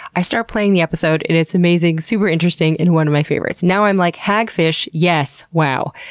i start playing the episode and it's amazing, super interesting, and one of my favorites. now i'm like, hagfish. yes. wow.